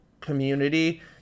community